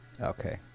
Okay